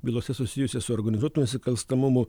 bylose susijusiose su organizuotu nusikalstamumu